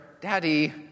Daddy